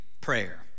prayer